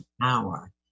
power